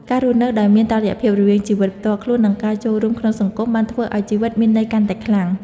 ការរស់នៅដោយមានតុល្យភាពរវាងជីវិតផ្ទាល់ខ្លួន និងការចូលរួមក្នុងសង្គម បានធ្វើឱ្យជីវិតមានន័យកាន់តែខ្លាំង។